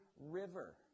River